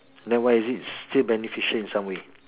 then why is it still beneficial in some way